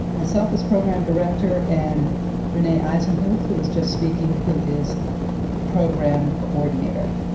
myself as program director, and renee eisenhuth who was just speaking, who is the program coordinator.